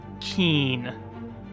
keen